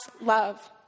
love